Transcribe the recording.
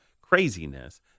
craziness